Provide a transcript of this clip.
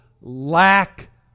lack